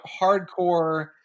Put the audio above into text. hardcore